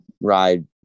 ride